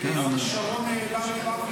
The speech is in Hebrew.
שרון לארי-בבלי.